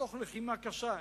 תוך כדי לחימה קשה,